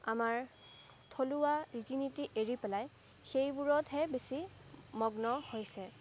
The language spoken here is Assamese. আমাৰ থলুৱা ৰীতি নীতি এৰি পেলাই সেইবোৰতহে বেছি মগ্ন হৈছে